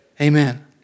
Amen